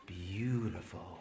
beautiful